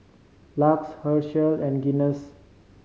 LUX Herschel and Guinness